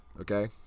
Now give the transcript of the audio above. Okay